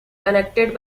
connected